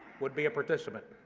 would be a participant.